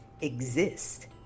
exist